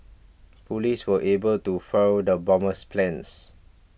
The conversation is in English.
police were able to foil the bomber's plans